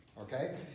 okay